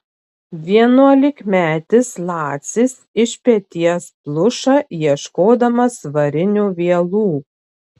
vienuolikmetis lacis iš peties pluša ieškodamas varinių vielų